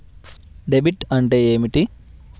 Debit అంటే ఏమిటి?